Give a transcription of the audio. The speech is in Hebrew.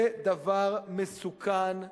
זה דבר מסוכן,